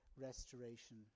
restoration